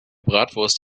bratwurst